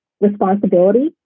responsibility